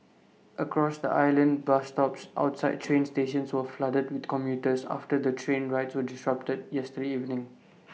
across the island bus stops outside train stations were flooded with commuters after the train rides were disrupted yesterday evening